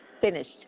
finished